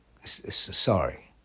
Sorry